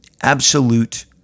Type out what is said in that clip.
absolute